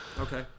Okay